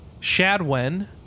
Shadwen